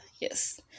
Yes